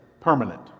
permanent